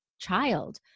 child